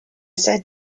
said